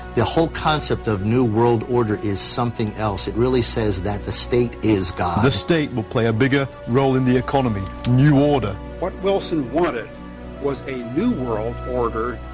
the whole concept of new world order is something else. it really says that the state is god. the state will play a bigger role in the economy, new order. what wilson wanted was a new world order,